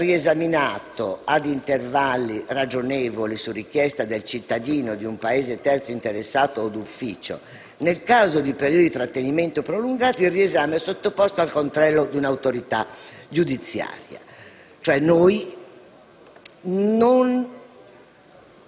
è riesaminato ad intervalli ragionevoli su richiesta del cittadino di un Paese terzo interessato o d'ufficio. Nel caso di periodi di trattenimento prolungati il riesame è sottoposto al controllo di un'autorità giudiziaria». Noi cioè non